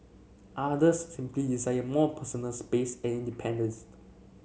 others simply desire more personal space and independenced